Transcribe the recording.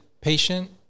patient